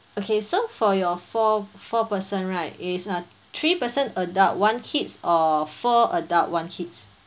okay so for your four four person right is a three person adult one kids or four adult one kids